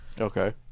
Okay